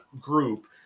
group